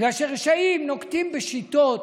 בגלל שרשעים נוקטים שיטות